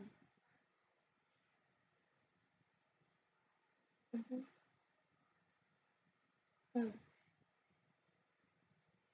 mmhmm mm